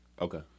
Okay